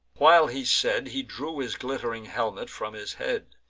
while he said, he drew his glitt'ring helmet from his head,